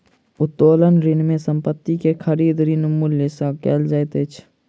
उत्तोलन ऋण में संपत्ति के खरीद, ऋण मूल्य सॅ कयल जाइत अछि